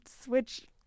switch